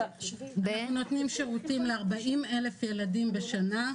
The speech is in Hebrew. אנחנו נותנים שירותים ל-40,000 ילדים בשנה.